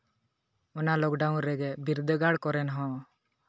ᱚᱱᱟ ᱞᱚᱠᱰᱟᱣᱩᱱ ᱨᱮᱜᱮ ᱵᱤᱨᱫᱟᱹᱜᱟᱲ ᱠᱚᱨᱮᱜ ᱦᱚᱸ